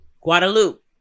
Guadalupe